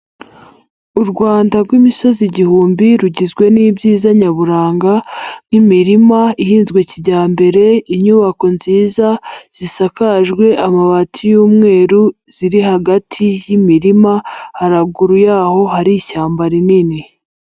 U Rwanda rw'imisozi igihumbi rugizwe n'ibyiza nyaburanga nk'imirima ihinzwe kijyambere, inyubako nziza zisakajwe amabati y'umweru ziri hagati y'imirima, haruguru yaho hari ishyamba rinini.